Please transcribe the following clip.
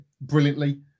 brilliantly